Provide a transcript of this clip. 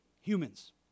Humans